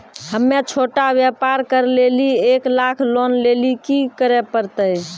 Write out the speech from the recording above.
हम्मय छोटा व्यापार करे लेली एक लाख लोन लेली की करे परतै?